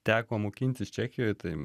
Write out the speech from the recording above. teko mokintis čekijoj tai